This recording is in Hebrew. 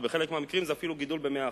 ובחלק מהמקרים זה אפילו גידול ב-100%.